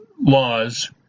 laws